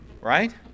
Right